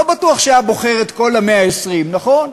לא בטוח שהיה בוחר את כל ה-120, נכון?